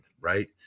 Right